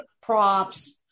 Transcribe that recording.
Props